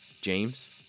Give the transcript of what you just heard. James